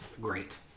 Great